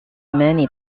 many